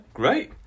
great